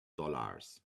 dollars